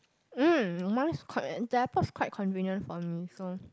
mm the airport is quite convenient for me so